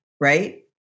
right